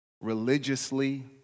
religiously